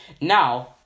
now